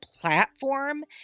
platform